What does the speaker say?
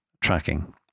tracking